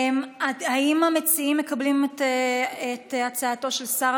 האם המציעים מקבלים את הצעתו של שר